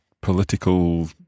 political